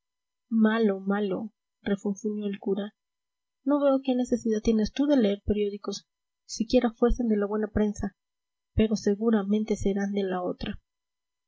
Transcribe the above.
malo malo refunfuñó el cura no veo qué necesidad tienes tú de leer periódicos siquiera fuesen de la buena prensa pero seguramente serán de la otra